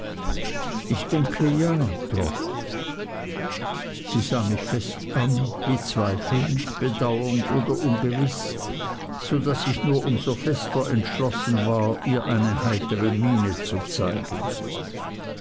ich denke ja trot sie sah mich fest an wie zweifelnd bedauernd oder ungewiß so daß ich nur um so fester entschlossen war ihr eine heitere miene zu zeigen